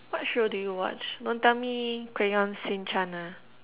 what show do you watch don't tell me Crayon-Shin-chan ah